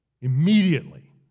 immediately